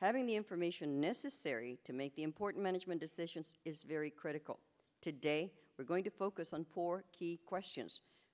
having the information necessary to make the important management decisions is very critical today we're going to focus on four key questions